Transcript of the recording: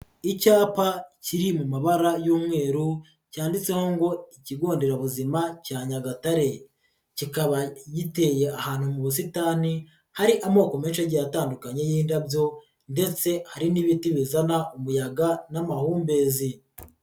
Icyapa kiri mu mabara y'umweru cyanditseho ngo ikigo nderabuzima cya Nyagatare kikaba giteye ahantu mu busitani, hari amoko menshi agiye atandukanye y'indabyo ndetse hari n'ibiti bizana umuyaga n'amahumbezi.